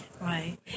Right